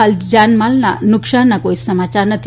હાલ જાનમાલના નુકશાનના કોઇ સમાચાર નથી